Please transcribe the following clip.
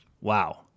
Wow